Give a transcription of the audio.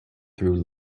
through